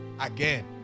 again